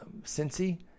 Cincy